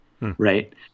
right